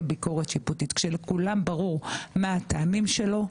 ביקורת שיפוטית כשלכולם ברור מה הטעמים שלו,